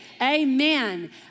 Amen